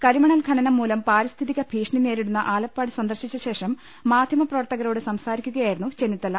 കരിമണൽ ഖനനംമൂലം പാരിസ്ഥി തിക ഭീഷണി നേരിടുന്ന ആലപ്പാട് സന്ദർശിച്ചശേഷം മാധ്യമപ്ര വർത്തകരോട് സംസാരിക്കുകയായിരുന്നു ചെന്നിത്തല